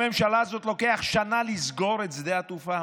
לממשלה הזאת לוקח שנה לסגור את שדה התעופה.